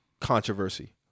controversy